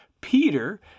Peter